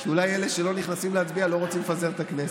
שאולי אלה שלא נכנסים להצביע לא רוצים לפזר את הכנסת,